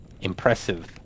impressive